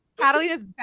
Catalina's